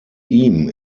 ihm